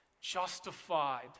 Justified